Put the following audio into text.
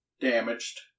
damaged